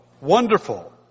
Wonderful